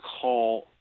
call –